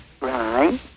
Right